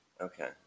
Okay